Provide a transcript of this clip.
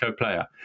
player